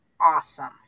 awesome